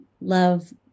love